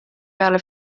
peale